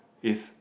is